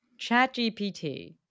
ChatGPT